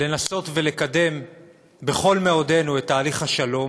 לנסות לקדם בכל מאודנו את תהליך השלום,